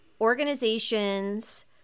organizations